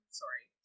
sorry